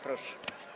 Proszę.